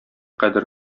кадер